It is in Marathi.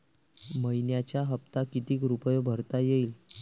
मइन्याचा हप्ता कितीक रुपये भरता येईल?